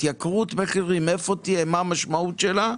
איפה תהיה התייקרות מחירים ומה המשמעות שלה.